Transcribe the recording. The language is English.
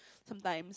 sometimes